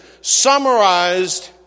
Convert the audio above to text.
summarized